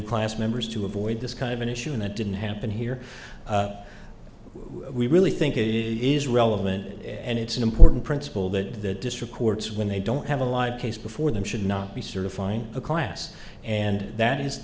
class members to avoid this kind of an issue and it didn't happen here we really think it is relevant and it's an important principle that the district courts when they don't have a live case before them should not be certifying a class and that is